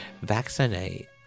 vaccinate